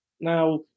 Now